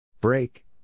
Break